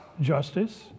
justice